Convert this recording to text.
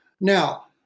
Now